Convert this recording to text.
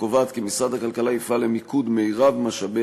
הקובעת כי משרד הכלכלה יפעל למיקוד מרב משאבי